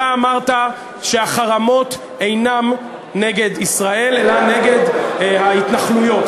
אתה אמרת שהחרמות אינם נגד ישראל אלא נגד ההתנחלויות,